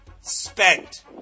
Spent